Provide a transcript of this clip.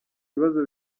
ibibazo